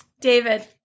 David